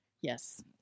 Yes